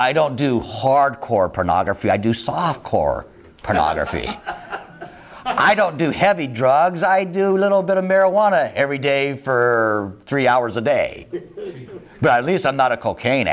don't do hardcore pornography i do soft core pornography i don't do heavy drugs i do a little bit of marijuana every day for three hours a day but at least i'm not a cocaine